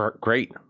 Great